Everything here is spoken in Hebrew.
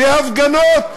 והפגנות,